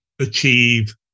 achieve